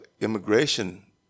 immigration